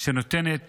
שנותנת